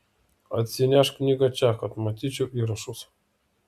atsinešk knygą čia kad matyčiau įrašus